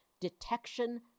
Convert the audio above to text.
detection